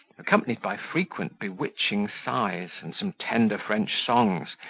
accompanied by frequent bewitching sighs and some tender french songs,